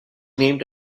named